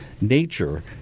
nature